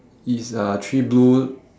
it's uh three blue